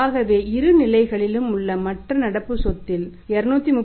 ஆகவே இரு நிலைகளிலும் உள்ள மற்ற நடப்பு சொத்தில் 213